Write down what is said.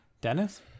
Dennis